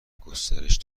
گسترش